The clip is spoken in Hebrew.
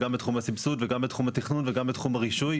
גם בתחום המיסוי וגם בתחום הרישוי.